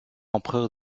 empereur